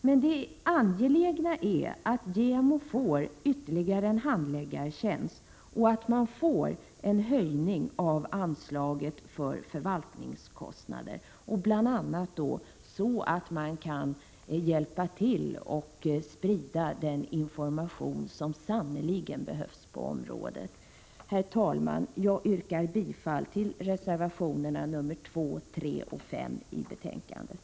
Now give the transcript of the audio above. Det är mycket angeläget att JämO får ytterligare en handläggartjänst och att man får en höjning av anslaget till förvaltningskostnader, så att man kan hjälpa till och sprida den information som sannerligen behövs på området. Herr talman! Jag yrkar bifall till reservationerna 2, 3 och 5 i betänkandet.